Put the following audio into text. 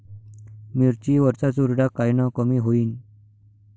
मिरची वरचा चुरडा कायनं कमी होईन?